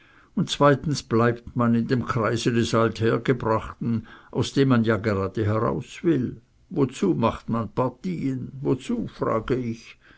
und zweitens bleibt man in dem kreise des althergebrachten aus dem man ja gerade heraus will wozu macht man partien wozu frag ich